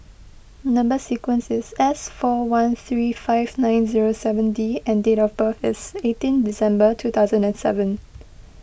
Number Sequence is S four one three five nine zero seven D and date of birth is eighteen December two thousand and seven